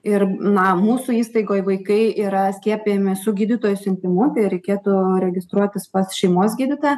ir na mūsų įstaigoj vaikai yra skiepijami su gydytojo siuntimu tai reikėtų registruotis pas šeimos gydytoją